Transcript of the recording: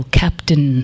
captain